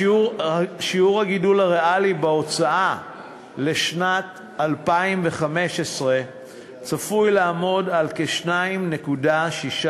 שיעור הגידול הריאלי בהוצאה לשנת 2015 צפוי לעמוד כ-2.6%